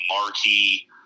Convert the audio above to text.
marquee